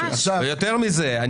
יותר מזה.